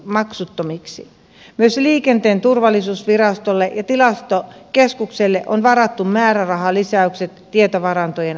myös liikenteen turvallisuusvirastolle ja tilastokeskukselle on varattu määrärahalisäykset tietovarantojen avaamiseen